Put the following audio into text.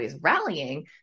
rallying